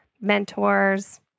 mentors